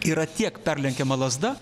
yra tiek perlenkiama lazda